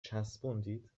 چسبوندید